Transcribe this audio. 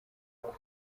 kuko